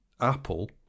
Apple